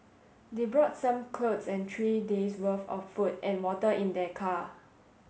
they brought some clothes and three days' worth of food and water in their car